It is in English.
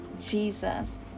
Jesus